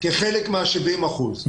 כחלק מה-70 אחוזים.